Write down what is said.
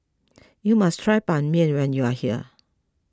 you must try Ban Mian when you are here